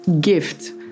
gift